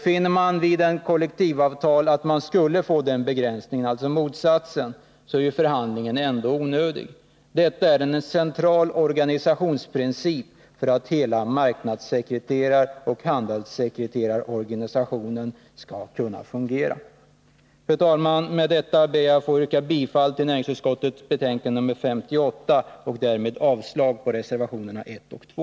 Finner man vid en kollektivavtalsförhandling att man skulle få den begränsningen — alltså motsatsen — är förhandlingen ändå onödig. Detta är en central organisationsprincip för att hela marknadssekreteraroch handelssekreterarorganisationen skall kunna fungera. Fru talman! Med detta ber jag att få yrka bifall till hemställan i näringsutskottets betänkande 58 och därmed avslag på reservationerna 1 och 2.